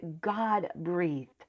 God-breathed